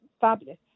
fabulous